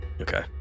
Okay